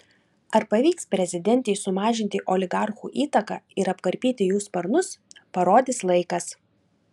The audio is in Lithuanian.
ar pavyks prezidentei sumažinti oligarchų įtaką ir apkarpyti jų sparnus parodys laikas